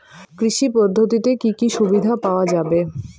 কৃষি পদ্ধতিতে কি কি সুবিধা পাওয়া যাবে?